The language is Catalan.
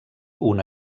una